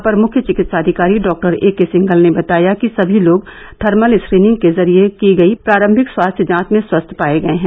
अपर मुख्य चिकित्साधिकारी doctor A K Singhal ने बताया कि सभी लोग थर्मल स्क्रीनिंग के जरिये की गयी प्रारंभिक स्वास्थ्य जांच में स्वस्थ पाए गए हैं